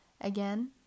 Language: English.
again